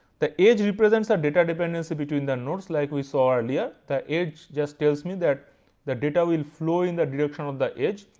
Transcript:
the edge represents a data dependency between the nodes like we saw earlier, the edge just tells me that the data will flow in the direction of the edge.